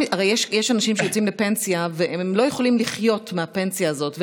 יש אנשים שיוצאים לפנסיה והם לא יכולים לחיות מהפנסיה הזאת,